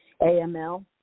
AML